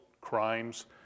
crimes